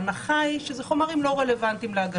ההנחה היא שזה חומרים שלא רלוונטיים להגנתו.